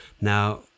Now